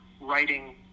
writing